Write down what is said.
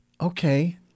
okay